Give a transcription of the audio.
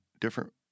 different